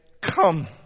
come